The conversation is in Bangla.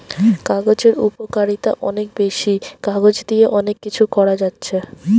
কাগজের উপকারিতা অনেক বেশি, কাগজ দিয়ে অনেক কিছু করা যাচ্ছে